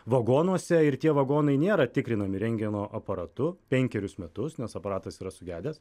vagonuose ir tie vagonai nėra tikrinami rentgeno aparatu penkerius metus nes aparatas yra sugedęs